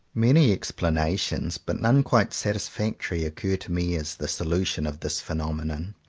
many explanations, but none quite satis factory, occur to me as the solution of this phenomenon.